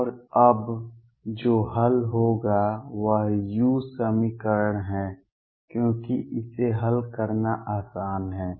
और अब जो हल होगा वह u समीकरण है क्योंकि इसे हल करना आसान है